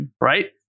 right